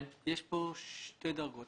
יש כאן שתי דרגות.